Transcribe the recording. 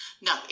No